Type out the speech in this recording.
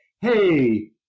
hey